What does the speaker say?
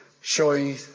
showing